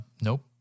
nope